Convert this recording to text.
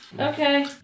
Okay